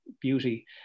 beauty